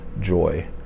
joy